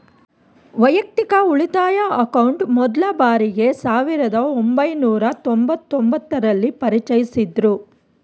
ವೈಯಕ್ತಿಕ ಉಳಿತಾಯ ಅಕೌಂಟ್ ಮೊದ್ಲ ಬಾರಿಗೆ ಸಾವಿರದ ಒಂಬೈನೂರ ತೊಂಬತ್ತು ಒಂಬತ್ತು ರಲ್ಲಿ ಪರಿಚಯಿಸಿದ್ದ್ರು